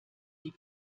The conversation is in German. die